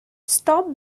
stop